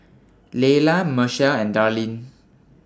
Lelia Machelle and Darline